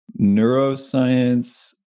neuroscience